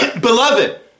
Beloved